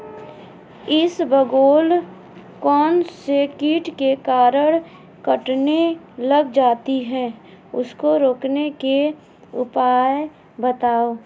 इसबगोल कौनसे कीट के कारण कटने लग जाती है उसको रोकने के उपाय बताओ?